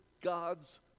God's